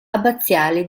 abbaziale